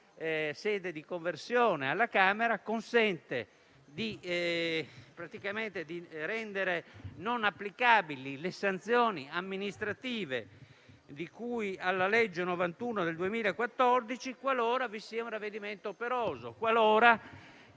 sede di conversione alla Camera, consente di rendere non applicabili le sanzioni amministrative di cui alla legge n. 91 del 2014 qualora vi sia un ravvedimento operoso. Pongo